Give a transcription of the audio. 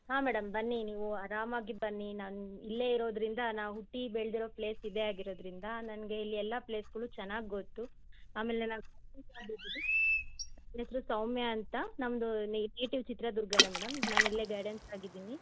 ಹಾಂ ಮೇಡಮ್ ಬನ್ನಿ ನೀವು ಆರಾಮಾಗಿ ಬನ್ನಿ ನಾನು ಇಲ್ಲೇ ಇರೋದ್ರಿಂದ ನಾನು ಹುಟ್ಟಿ ಬೆಳೆದಿರೋ ಪ್ಲೇಸ್ ಇದೇ ಆಗಿರೋದ್ರಿಂದ ನನಗೆ ಇಲ್ಲಿ ಎಲ್ಲ ಪ್ಲೇಸ್ಗಳು ಚೆನ್ನಾಗಿ ಗೊತ್ತು ಆಮೇಲೆ ನಾನು ನನ್ನ ಹೆಸರು ಸೌಮ್ಯಾ ಅಂತ ನಮ್ಮದು ನೇ ನೇಟಿವ್ ಚಿತ್ರದುರ್ಗನೇ ಮೇಡಮ್ ನಾನಿಲ್ಲೇ ಗೈಡೆನ್ಸ್ ಆಗಿದ್ದೀನಿ